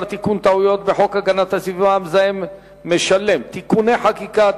תיקון טעויות בחוק הגנת הסביבה (המזהם משלם) (תיקוני חקיקה),